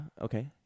Okay